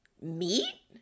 Meat